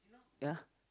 ya